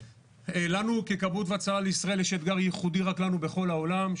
לנו ככבאות והצלה לישראל יש אתגר ייחודי רק לנו בכל העולם,